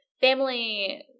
family